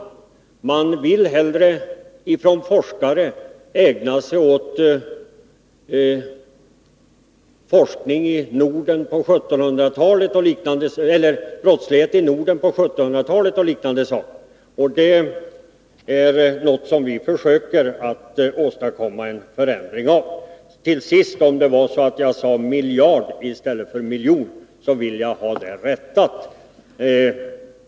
Forskare vill hellre ägna sig åt brottslighet i Norden på 1700-talet och liknande saker än nutida brottslighet. Vi försöker åstadkomma en förändring på den punkten. Till sist: Om jag sade miljard i stället för miljon vill jag ha det rättat.